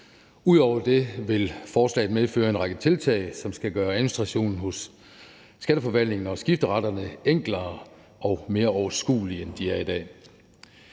Ud over det vil forslaget medføre en række tiltag, som skal gøre administrationen hos Skatteforvaltningen og skifteretterne enklere og mere overskuelig, end den er i dag.